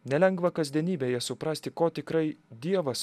nelengva kasdienybėje suprasti ko tikrai dievas